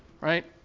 Right